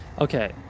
Okay